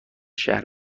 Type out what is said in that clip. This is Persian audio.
شهر